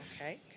okay